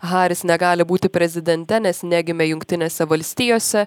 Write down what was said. haris negali būti prezidente nes negimė jungtinėse valstijose